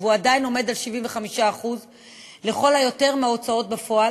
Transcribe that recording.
והוא עדיין עומד על 75% לכל היותר מההוצאות בפועל,